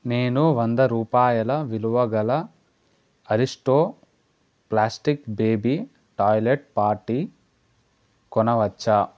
నేను వంద రూపాయల విలువగల Aristo plastic baby toilet potty కొనవచ్చా